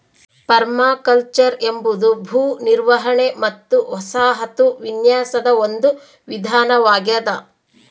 permaculture ಎಂಬುದು ಭೂ ನಿರ್ವಹಣೆ ಮತ್ತು ವಸಾಹತು ವಿನ್ಯಾಸದ ಒಂದು ವಿಧಾನವಾಗೆದ